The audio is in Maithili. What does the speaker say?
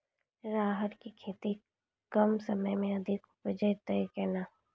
राहर की खेती कम समय मे अधिक उपजे तय केना?